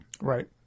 Right